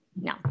No